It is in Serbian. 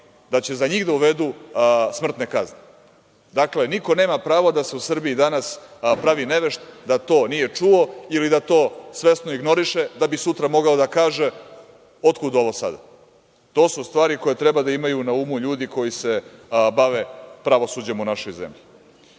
da će za njih da uvedu smrtne kazne. Dakle, niko nema pravo da se u Srbiji danas pravi nevešt da to nije čuo ili da to svesno ignoriše da bi sutra mogao da kaže – otkud ovo sada? To su stvari koje treba da imaju na umu ljudi koji se bave pravosuđem u našoj zemlji. Neretko